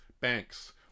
banks